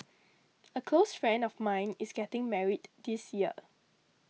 a close friend of mine is getting married this year